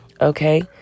Okay